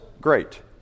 great